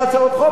האופוזיציה,